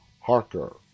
Harker